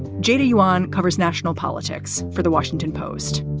jada yuan covers national politics for the washington post.